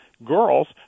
girls